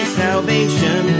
salvation